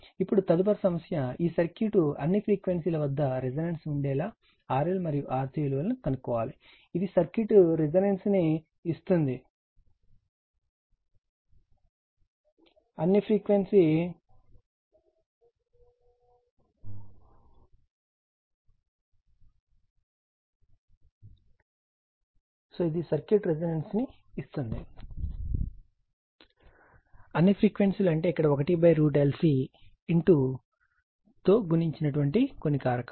ఇప్పుడు తదుపరి సమస్య ఈ సర్క్యూట్ అన్ని ఫ్రీక్వెన్సీ ల వద్ద రెసోనెన్స్ ఉండేలా RL మరియు RC విలువ లను కనుక్కోండి ఇది సర్క్యూట్ రెసోనెన్స్ ని ఇస్తుంది అన్ని ఫ్రీక్వెన్సీలు అంటే ఇక్కడ 1 √LC తో గుణించిన కొన్ని కారకాలు